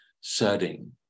setting